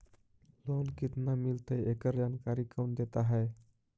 Loan केत्ना मिलतई एकड़ जानकारी कौन देता है?